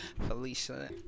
Felicia